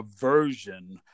version